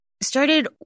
started